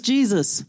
Jesus